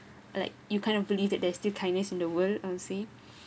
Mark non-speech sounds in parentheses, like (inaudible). like you kind of believe that there's still kindness in the world I'll say (breath)